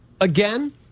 again